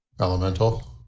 elemental